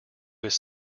his